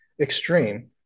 extreme